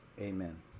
Amen